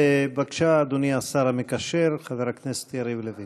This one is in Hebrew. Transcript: בבקשה, אדוני השר המקשר, חבר הכנסת יריב לוין.